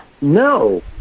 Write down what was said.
No